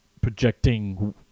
projecting